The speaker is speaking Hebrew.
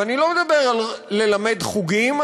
ואני לא מדבר על ללמד חוגים,